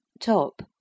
top